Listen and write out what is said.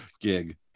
gig